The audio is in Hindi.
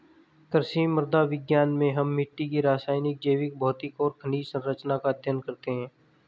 कृषि मृदा विज्ञान में हम मिट्टी की रासायनिक, जैविक, भौतिक और खनिज सरंचना का अध्ययन करते हैं